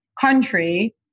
country